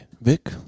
Vic